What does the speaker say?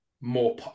more